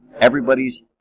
everybody's